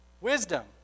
Wisdom